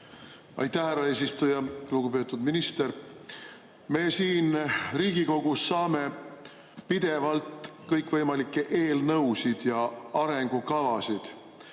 Aitäh, härra eesistuja! Lugupeetud minister! Me siin Riigikogus saame pidevalt kõikvõimalikke eelnõusid ja arengukavasid.